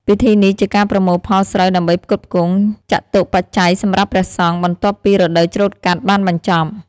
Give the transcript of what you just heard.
ពិធីនេះជាការប្រមូលផលស្រូវដើម្បីផ្គត់ផ្គង់ចតុប្បច្ច័យសម្រាប់ព្រះសង្ឃ បន្ទាប់ពីរដូវច្រូតកាត់បានបញ្ចប់ ។